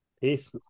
Peace